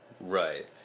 Right